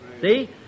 See